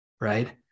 right